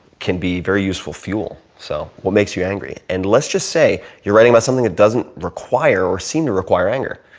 can be very useful fuel. so what makes you angry and let's just say you're writing about something that doesn't require or seem to require anger.